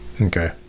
okay